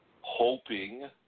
hoping